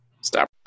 Stop